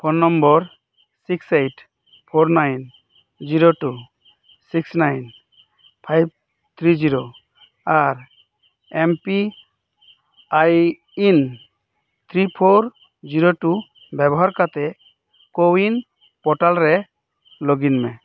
phone number six eight four nine zero two six nine five three zero ᱟᱨ M P I N three four zero two ᱵᱮᱵᱚᱦᱟᱨ ᱠᱟᱛᱮᱫ CoWIN portal ᱨᱮ ᱞᱚᱜᱽ ᱤᱱ ᱢᱮ